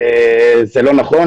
זה לא נכון.